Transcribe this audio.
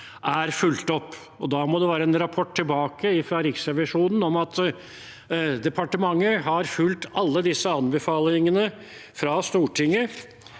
er fulgt opp. Da må det være en ny rapport fra Riksrevisjonen om at departementet har fulgt alle disse anbefalingene fra Stortinget